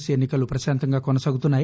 C ఎన్నికలు పశాంతంగా కొనసాగుతున్నాయి